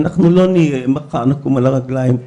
אנחנו לא נקום על הרגליים מחר.